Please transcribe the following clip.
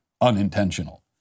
unintentional